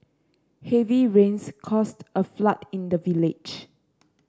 heavy rains caused a flood in the village